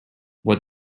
what